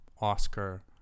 Oscar